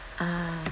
ah